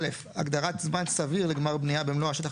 (א) הגדרת זמן סביר לגמר בנייה במלוא השטח